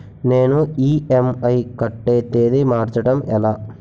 నేను ఇ.ఎం.ఐ కట్టే తేదీ మార్చడం ఎలా?